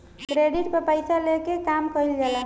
credit पर पइसा लेके आ काम कइल जाला